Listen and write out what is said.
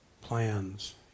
plans